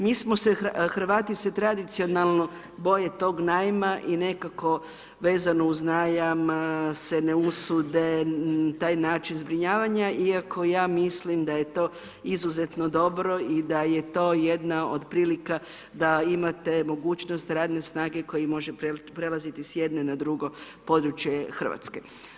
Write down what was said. Mi smo, Hrvati se tradicionalno boje tog najma i nekako vezano uz najam se ne usude taj način zbrinjavanja iako ja mislim da je to izuzetno dobro i da je to jedna od prilika da imate mogućnost radne snage koji može prelaziti s jedne na drugo područje Hrvatske.